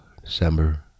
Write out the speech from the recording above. December